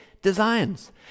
designs